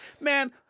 man